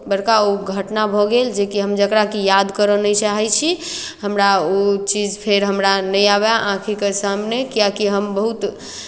बड़का ओ घटना भऽ गेल जेकि हम जकराकि याद करय नहि चाहै छी हमरा ओ चीज फेर हमरा नहि आबय आँखिके सामने किएकि हम बहुत